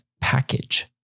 package